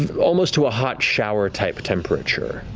almost to a hot shower-type temperature,